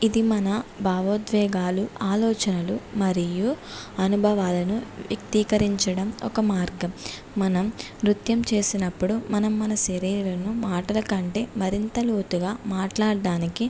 ఇది మన భావోద్వేగాలు ఆలోచనలు మరియు అనుభవాలను వ్యక్తీకరించడం ఒక మార్గం మనం నృత్యం చేసినప్పుడు మనం మన శరీరంను మాటల కంటే మరింత లోతుగా మాట్లాడడానికి